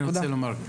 אני רוצה לומר,